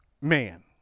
man